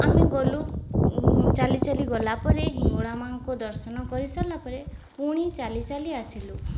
ଆମେ ଗଲୁ ଚାଲି ଚାଲି ଗଲାପରେ ହିଙ୍ଗୁଳା ମାଆଙ୍କୁ ଦର୍ଶନ କରିସାରିଲା ପରେ ପୁଣି ଚାଲି ଚାଲି ଆସିଲୁ